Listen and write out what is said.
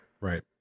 Right